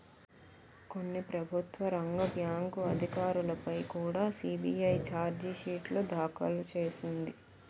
కొన్ని ప్రభుత్వ రంగ బ్యాంకు అధికారులపై కుడా సి.బి.ఐ చార్జి షీటు దాఖలు చేసింది